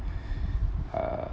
uh